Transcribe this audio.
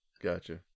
Gotcha